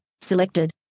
Selected